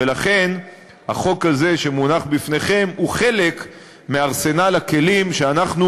ולכן החוק הזה שמונח בפניכם הוא חלק מארסנל הכלים שאנחנו